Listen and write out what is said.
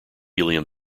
helium